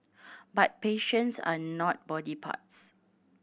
but patients are not body parts